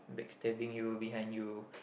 like stabbing you behind you